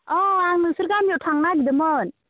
अ आं नोंसोर गामियाव थांनो नागिदोंमोन